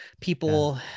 people